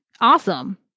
awesome